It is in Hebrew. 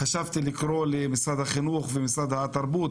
חשבתי לקרוא למשרד החינוך ולמשרד התרבות,